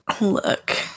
Look